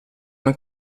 una